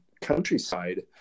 countryside